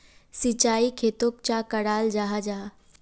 सिंचाई खेतोक चाँ कराल जाहा जाहा?